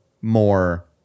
more